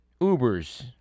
Uber's